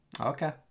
Okay